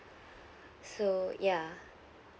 so ya